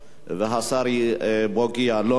השר בוגי יעלון ישיב.